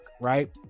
right